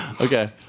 Okay